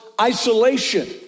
isolation